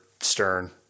Stern